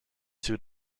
two